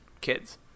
kids